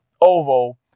Ovo